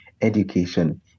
education